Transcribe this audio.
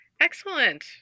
Excellent